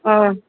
ꯑꯥ